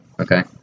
Okay